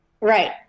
Right